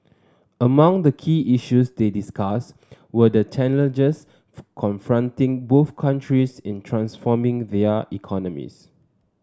among the key issues they discussed were the challenges confronting both countries in transforming their economies